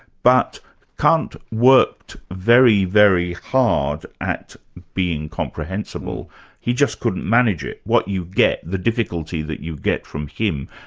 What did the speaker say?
but kant worked very, very hard at being comprehensible he just couldn't manage it. what you get, the difficulty that you get from him,